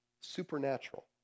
Supernatural